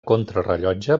contrarellotge